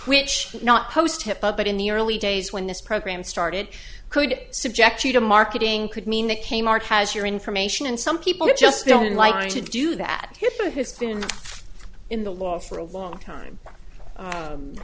which not post hip up but in the early days when this program started could subject you to marketing could mean that k mart has your information and some people just don't like to do that if it has been in the law for a long time